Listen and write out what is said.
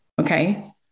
okay